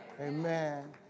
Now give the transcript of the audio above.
Amen